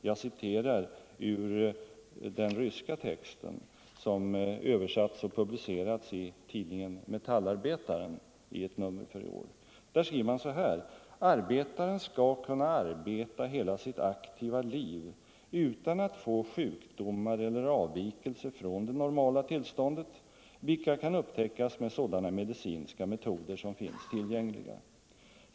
Jag citerar ur den ryska texten, som översatts och publicerats i nr 11 av tidningen Metallarbetaren detta år: ”Arbetaren ska kunna arbeta hela sitt aktiva liv utan att få sjukdomar eller avvikelser från det normala tillståndet, vilka kan upptäckas med sådana medicinska metoder som finns tillgängliga.